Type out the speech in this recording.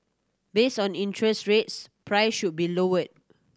based on interest rates prices should be lower